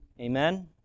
Amen